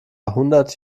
hundert